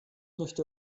möchte